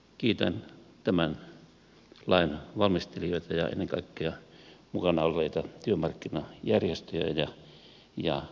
kiitän tämän lain valmistelijoita ja ennen kaikkea mukana olleita työmarkkinajärjestöjä ja